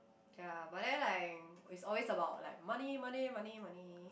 ya but then like it's always about like money money money money